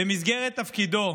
במסגרת תפקידו